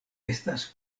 estas